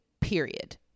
period